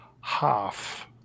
half